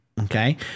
okay